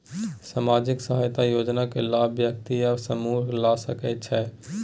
सामाजिक सहायता योजना के लाभ व्यक्ति या समूह ला सकै छै?